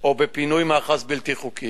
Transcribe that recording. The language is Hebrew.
או בפינוי מאחז בלתי חוקי.